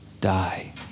die